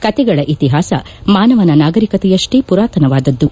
ಕತೆಗಳ ಇತಿಹಾಸ ಮಾನವನ ನಾಗರಿಕತೆಯಷ್ಟೇ ಪುರಾತನವಾದದ್ದು